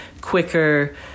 quicker